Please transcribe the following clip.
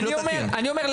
ואני שוב אומר,